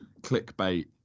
clickbait